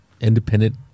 independent